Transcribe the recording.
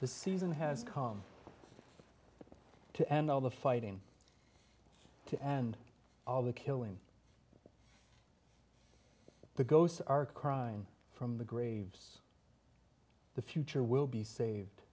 the season has come to end all the fighting and all the killing the ghosts are crying from the graves the future will be saved